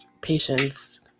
patience